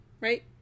right